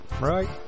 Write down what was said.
right